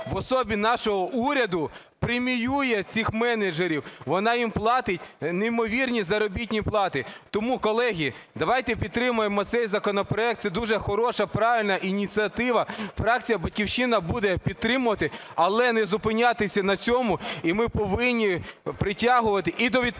в особі нашого уряду преміює цих менеджерів, вона їм платить неймовірні заробітні плати. Тому, колеги, давайте підтримаємо цей законопроект, це дуже хороша правильна ініціатива. Фракція "Батьківщина" буде підтримувати, але не зупинятися на цьому. І ми повинні притягувати і до відповідальності,